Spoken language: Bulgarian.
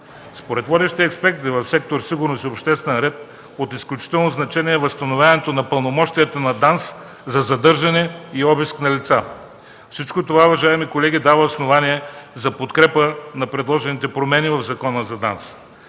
Според водещи експерти в сектор „Сигурност и обществен ред” от изключително значение е възстановяването на пълномощията на ДАНС за задържане и обиск на лица. Всичко това, уважаеми колеги, дава основание за подкрепа на предложените промени в Закона за ДАНС.